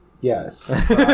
yes